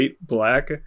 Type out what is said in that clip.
black